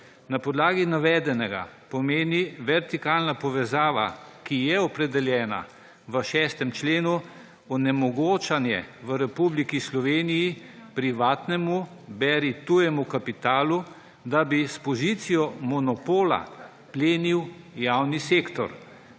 Na podlagi navedenega pomeni vertikalna povezava, ki je opredeljena v 6. členu, onemogočanje v Republiki Sloveniji privatnemu, beri tujemu, kapitalu da bi s pozicijo monopola plenil javni sektor